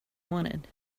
wanted